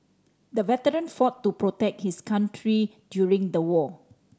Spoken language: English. the veteran fought to protect his country during the war